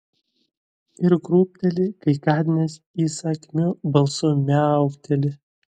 ir krūpteli kai katinas įsakmiu balsu miaukteli